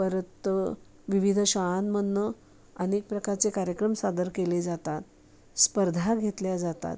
परत विविध शाळांमधून अनेक प्रकारचे कार्यक्रम सादर केले जातात स्पर्धा घेतल्या जातात